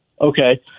Okay